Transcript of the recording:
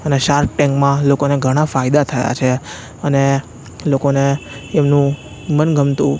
અને શાર્ક ટેન્કમાં લોકોને ઘણા ફાયદા થયાં છે અને લોકોને એમનું મનગમતું